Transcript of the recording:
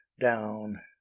down